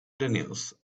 daniels